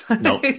No